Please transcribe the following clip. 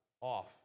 off